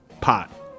pot